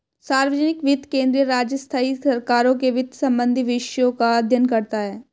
सार्वजनिक वित्त केंद्रीय, राज्य, स्थाई सरकारों के वित्त संबंधी विषयों का अध्ययन करता हैं